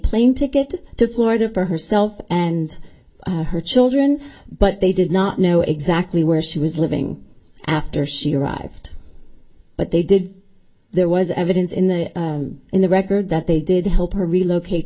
plane ticket to florida for herself and her children but they did not know exactly where she was living after she arrived but they did there was evidence in the in the record that they did help her relocate